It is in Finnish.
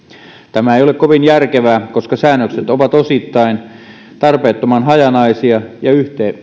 tämä ei ole kovin järkevää koska säännökset ovat osittain tarpeettoman hajanaisia ja